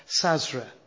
Sazra